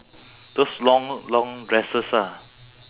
those long long dresses ah